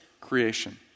creation